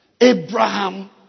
Abraham